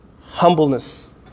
humbleness